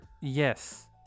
yes